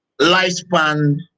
lifespan